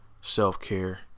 self-care